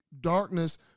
Darkness